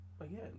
Again